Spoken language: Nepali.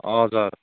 हजुर